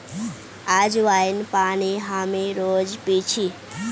अज्वाइन पानी हामी रोज़ पी छी